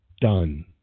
done